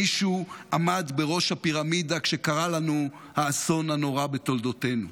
מישהו עמד בראש הפירמידה כשקרה לנו האסון הנורא בתולדותינו.